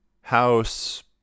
house